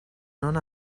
non